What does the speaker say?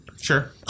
Sure